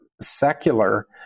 secular